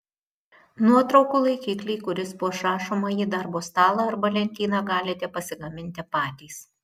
nuotraukų laikiklį kuris puoš rašomąjį darbo stalą arba lentyną galite pasigaminti patys